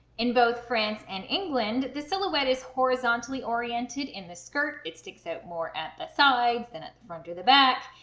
in both france and england the silhouette is horizontally oriented in the skirt it sticks out more at the sides than at the front or the back,